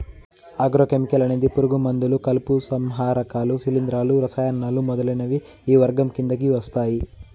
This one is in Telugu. ఆగ్రో కెమికల్ అనేది పురుగు మందులు, కలుపు సంహారకాలు, శిలీంధ్రాలు, రసాయనాలు మొదలైనవి ఈ వర్గం కిందకి వస్తాయి